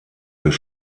des